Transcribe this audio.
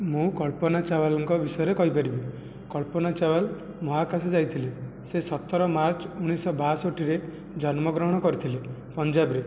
ମୁଁ କଳ୍ପନା ଚାୱଲାଙ୍କ ବିଷୟରେ କହିପାରିବି କଳ୍ପନା ଚାୱଲା ମହାକାଶ ଯାଇଥିଲେ ସେ ସତର ମାର୍ଚ୍ଚ ଉଣେଇଶଶହ ବାଷଠିରେ ଜନ୍ମଗ୍ରହଣ କରିଥିଲେ ପଞ୍ଜାବରେ